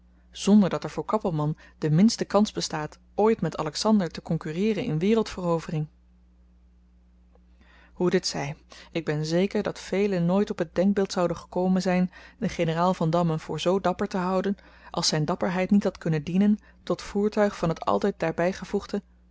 zonder dat er voor kappelman de minste kans bestaat ooit met alexander te konkurreeren in wereldverovering hoe dit zy ik ben zeker dat velen nooit op t denkbeeld zouden gekomen zyn den generaal vandamme voor zoo dapper te houden als zyn dapperheid niet had kunnen dienen tot voertuig van t altyd daarby gevoegde